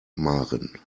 maren